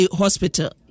hospital